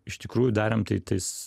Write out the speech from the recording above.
iš tikrųjų darėm tai tais